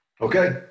Okay